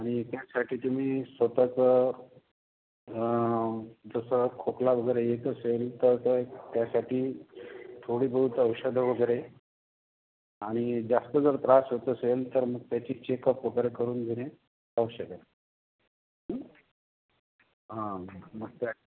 आणि त्यासाठी तुम्ही स्वतःचं जसं खोकला वगैरे येत असेल तर तय त्यासाठी थोडी बहोत औषधं वगैरे आणि जास्त जर त्रास होत असेल तर मग त्याची चेकअप वगैरे करून घेणे आवश्यक आहे हा मग काय